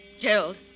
Gerald